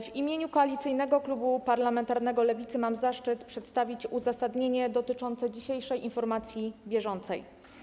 W imieniu Koalicyjnego Klubu Parlamentarnego Lewicy mam zaszczyt przedstawić uzasadnienie dotyczące dzisiejszej informacji bieżącej.